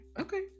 Okay